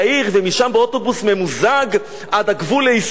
ומשם באוטובוס ממוזג עד הגבול לישראל?